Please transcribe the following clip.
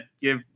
give